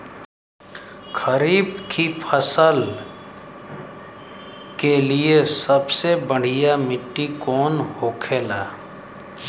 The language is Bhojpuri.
खरीफ की फसल के लिए सबसे बढ़ियां मिट्टी कवन होखेला?